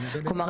כלומר,